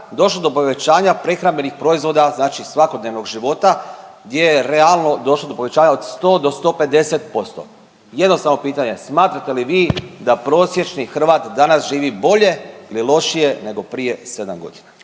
došlo do povećanja prehrambenih proizvoda, znači svakodnevnog života gdje je realno došlo do povećanja od sto do sto pedeset posto. Jednostavno pitanje smatrate li vi da prosječni Hrvat danas živi bolje ili lošije nego prije 7 godina?